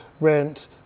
rent